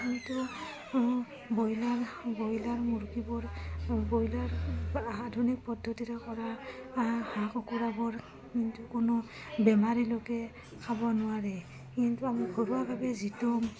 কিন্তু broiler broiler মুৰ্গীবোৰ broiler আধুনিক পদ্ধতিৰে কৰা হাঁহ কুকুৰাবোৰ কিন্তু কোনো বেমাৰী লোকে খাব নোৱাৰে কিন্তু আমাৰ ঘৰুৱাভাৱে যিটো